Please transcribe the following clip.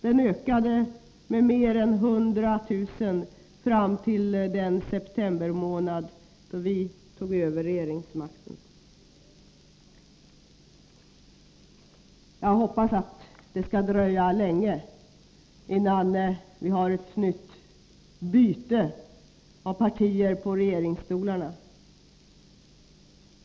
Den ökade med mer än 100 000 fram till den septembermånad då vi tog över regeringsmakten. Jag hoppas att det skall dröja länge innan vi får ett nytt byte av partier på regeringsstolarna.